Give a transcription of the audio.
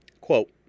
Quote